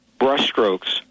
brushstrokes